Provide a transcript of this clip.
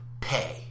pay